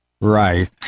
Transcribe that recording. right